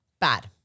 Bad